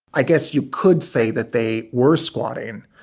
i guess you could say that they were squatting,